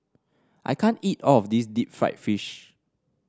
I can't eat all of this Deep Fried Fish